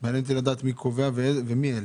מעניין אותי לדעת, מי קובע ומי אלה?